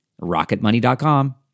Rocketmoney.com